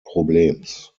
problems